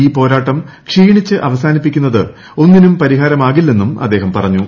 ഈ പോരാട്ടം ക്ഷീണിച്ച് അവസാനിപ്പിക്കുന്നത് ഒന്നിനും പരിഹാരമാകില്ലെന്നും അദ്ദേഹം പറഞ്ഞു